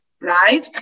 right